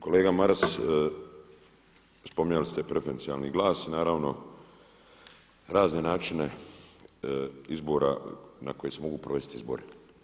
Kolega Maras spominjali ste preferencijalni glas i naravno razne načine izbora na koji se mogu provesti izbori.